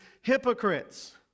hypocrites